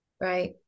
Right